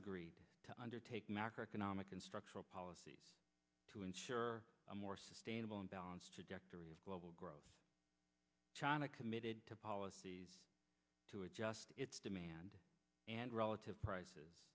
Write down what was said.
agreed to undertake macroeconomic and structural policies to ensure a more sustainable and balanced trajectory of global growth china committed to policies to adjust its demand and relative prices